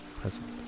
present